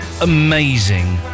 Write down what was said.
amazing